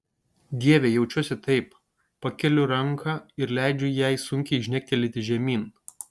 dieve jaučiuosi taip pakeliu ranką ir leidžiu jai sunkiai žnegtelėti žemyn